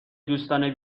دوستانه